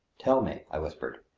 tell me, i whispered,